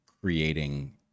creating